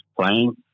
playing